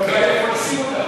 לא היה איפה לשים אותם.